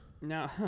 No